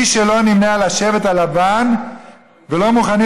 מי שלא נמנים על השבט הלבן ולא מוכנים